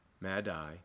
Madai